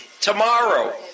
tomorrow